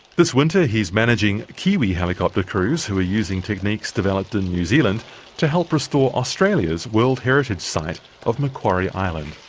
this winter he's managing kiwi helicopter crews who are using techniques developed in new zealand to help restore australia's world heritage site of macquarie island.